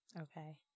Okay